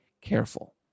careful